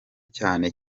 cyane